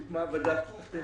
הוקמה ועדת טרכטנברג